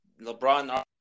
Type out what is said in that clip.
LeBron